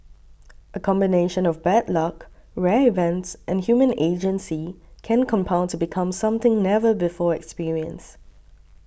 a combination of bad luck rare events and human agency can compound to become something never before experienced